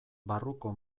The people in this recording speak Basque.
barruko